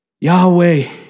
Yahweh